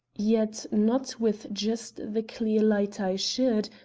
yet not with just the clear light i should,